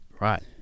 right